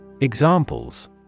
Examples